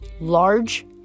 large